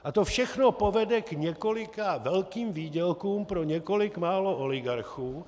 A to všechno povede k několika velkým výdělkům pro několik málo oligarchů.